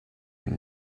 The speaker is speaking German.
dem